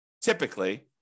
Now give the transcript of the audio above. typically